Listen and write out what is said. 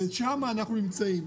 שם אנחנו נמצאים.